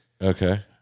Okay